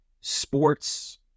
Sports